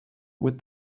with